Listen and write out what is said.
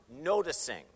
noticing